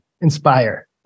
inspire